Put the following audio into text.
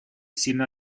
сильно